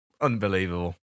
Unbelievable